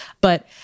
But-